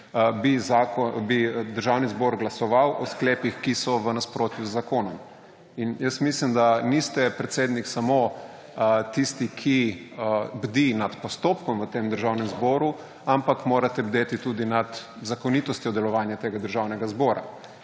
bi Državni zbor glasoval o sklepih, ki so v nasprotju z zakonom. Jaz mislim, da niste predsednik samo tisti, ki bdi nad postopkom v tem državnem zboru, ampak morate bdeti tudi nad zakonitostjo delovanja tega državnega zbora.